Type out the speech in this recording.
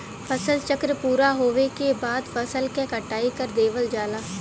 फसल चक्र पूरा होवे के बाद फसल क कटाई कर देवल जाला